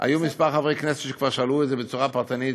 היו כמה חברי כנסת ששאלו את זה בצורה פרטנית,